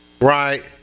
right